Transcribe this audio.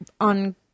on